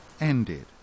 ended